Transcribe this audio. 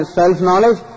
self-knowledge